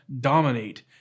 dominate